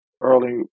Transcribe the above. early